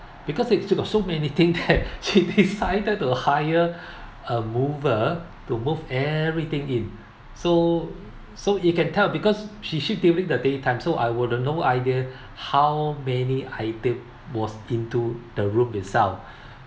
because it she got so many thing that she decided to hire a mover to move everything in so so you can tell because she shift during the daytime so I would have no idea how many item was into the room itself